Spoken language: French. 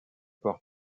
portes